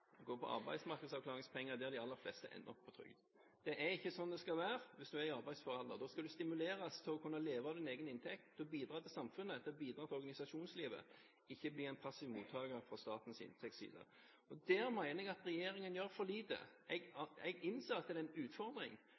på arbeidsavklaringspenger der de alle fleste ender opp på trygd. Det er ikke slik det skal være. Hvis du er i arbeidsfør alder, skal du stimuleres til å kunne leve av din egen inntekt, til å bidra til samfunnet og til å bidra til organisasjonslivet og ikke bli en passiv mottaker fra statens inntektsside. Der mener jeg at regjeringen gjør for lite. Jeg innser at det er en utfordring,